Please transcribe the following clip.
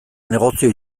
negozio